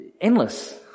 endless